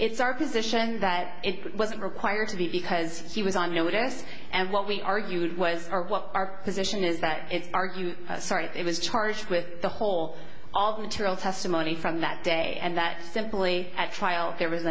it's our position that it wasn't required to be because he was on notice and what we argued was or what our position is that it's argue sorry it was charged with the whole all the material testimony from that day and that simply at trial there was